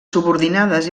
subordinades